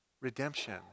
redemption